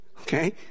Okay